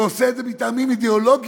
ועושה את זה מטעמים אידיאולוגיים,